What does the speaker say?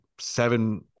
Seven